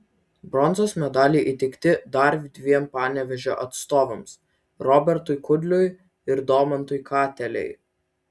bronzos medaliai įteikti dar dviem panevėžio atstovams robertui kudliui ir domantui katelei